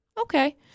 Okay